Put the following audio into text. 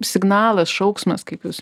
signalas šauksmas kaip jūs